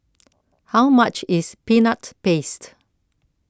how much is Peanut Paste